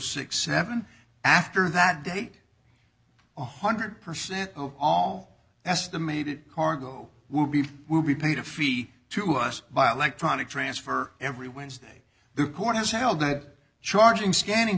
sixty seven after that date one hundred percent of all estimated cargo will be will be paid a fee to us by electronic transfer every wednesday the court has held that charging scanning